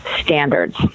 standards